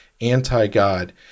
anti-God